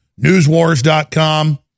Newswars.com